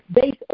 based